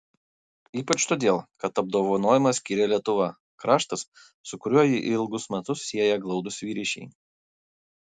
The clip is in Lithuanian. ypač todėl kad apdovanojimą skyrė lietuva kraštas su kuriuo jį ilgus metus sieja glaudūs ryšiai